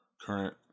current